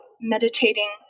meditating